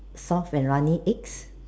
soft and runny eggs